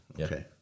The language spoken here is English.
okay